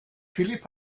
philipp